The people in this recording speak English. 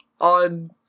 on